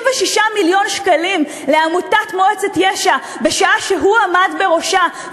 מיליון שקלים לעמותת מועצת יש"ע בשעה שהוא עמד בראשה,